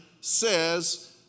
says